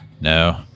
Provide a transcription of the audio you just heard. No